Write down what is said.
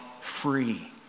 free